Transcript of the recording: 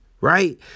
right